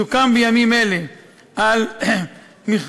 סוכם בימים אלה על מכרז